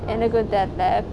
எனக்கு தெர்லே:enaku terlae